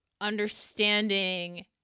understanding